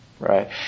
Right